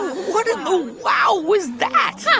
what in the wow was that? yeah